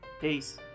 Peace